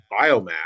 biomass